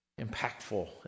impactful